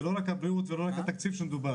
זה לא רק הבריאות ולא רק התקציב שמדובר.